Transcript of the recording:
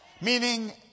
meaning